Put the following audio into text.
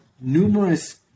numerous